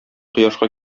кояшка